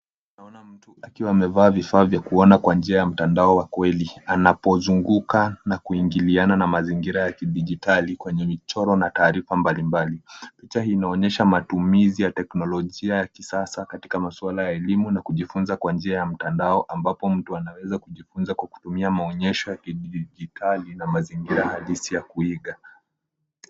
Naona mtu akiwa amevaa vifaa vya kuona kwa njia ya mtandao wa kweli, anapozunguka na kuingiliana na mazingira ya kidijitali kwenye michoro na taarifa mbalimbali. Picha hii inaonyesha matumizi ya teknolojia ya kisasa katika maswala ya elimu na kujifunza kwa njia ya mtandao ambapo mtu anaweza kujifunza kwa kutumia maonyesho ya kidijitali na mazingira halisi ya kuiga.